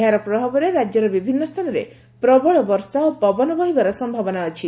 ଏହାର ପ୍ରଭାବରେ ରାଜ୍ୟର ବିଭିନୁ ସ୍ଚାନରେ ପ୍ରବଳ ବର୍ଷା ଓ ପବନ ବହିବାର ସମ୍ଭାବନା ରହିଛି